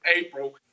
April